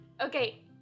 Okay